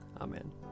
Amen